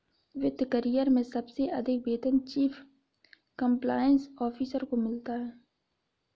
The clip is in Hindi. वित्त करियर में सबसे अधिक वेतन चीफ कंप्लायंस ऑफिसर को मिलता है